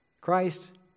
Christ